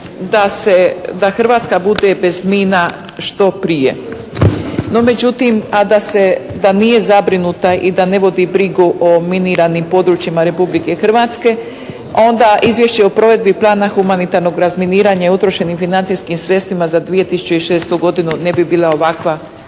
da Hrvatska bude bez mina što prije. No, međutim …/Govornik se ne razumije./… da nije zabrinuta i da ne vodi brigu o miniranim područjima Republike Hrvatske, onda Izvješće o provedbi plana humanitarnog razminiranja i utrošenim financijskim sredstvima za 2006. godinu ne bi bila ovakva.